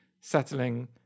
settling